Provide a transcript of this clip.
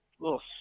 little